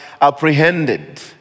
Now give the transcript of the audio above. apprehended